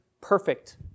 perfect